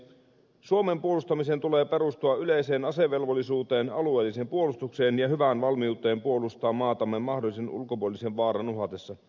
suomen puolustamisen tulee perustua yleiseen asevelvollisuuteen alueelliseen puolustukseen ja hyvään valmiuteen puolustaa maatamme mahdollisen ulkopuolisen vaaran uhatessa